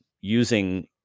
using